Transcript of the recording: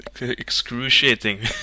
excruciating